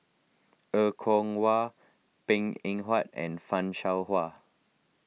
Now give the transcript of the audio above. Er Kwong Wah Png Eng Huat and Fan Shao Hua